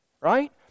right